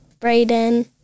Brayden